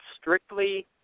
strictly